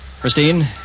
Christine